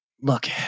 look